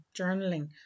journaling